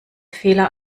fehler